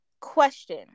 question